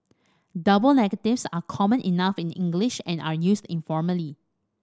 double negatives are common enough in English and are used informally